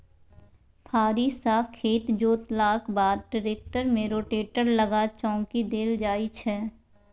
फारी सँ खेत जोतलाक बाद टेक्टर मे रोटेटर लगा चौकी देल जाइ छै